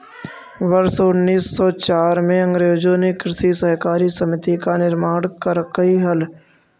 वर्ष उनीस सौ चार में अंग्रेजों ने कृषि सहकारी समिति का निर्माण करकई हल